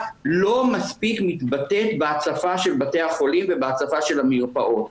לא מספיק מתבטאת בהצפה של בתי החולים והמרפאות.